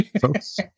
folks